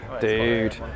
Dude